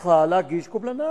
זכותך להגיש קובלנה.